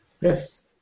Yes